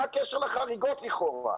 מה הקשר לחריגות לכאורה?